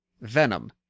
Venom